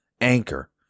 Anchor